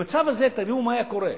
במצב הזה תראו מה היה קורה.